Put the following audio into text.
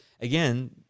Again